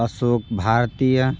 Ashok Bhartiya